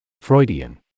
Freudian